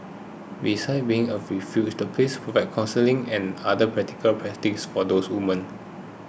besides being a refuge the place counselling and other practical for those women